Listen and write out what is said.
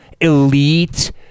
elite